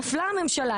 נפלה הממשלה,